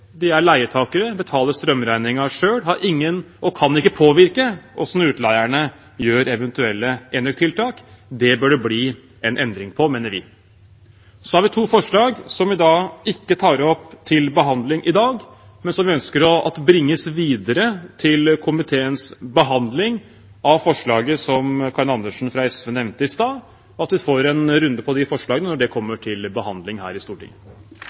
De er leietakere, betaler strømregningen selv og kan ikke påvirke hvordan utleierne gjør eventuelle enøktiltak. Det bør det bli en endring på, mener vi. Så har vi to forslag, som vi da ikke tar opp til behandling i dag, men som vi ønsker bringes videre til komiteens behandling av forslaget som Karin Andersen fra SV nevnte i stad – at vi får en runde på de forslagene når det kommer til behandling her i Stortinget.